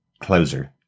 closer